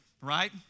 right